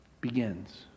begins